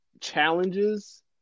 challenges